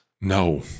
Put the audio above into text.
No